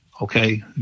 okay